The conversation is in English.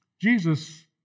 Jesus